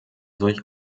solch